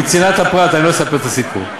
מצנעת הפרט אני לא אספר את הסיפור.